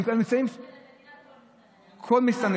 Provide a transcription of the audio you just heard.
אז בוא נהפוך את זה למדינת כל מסתנניה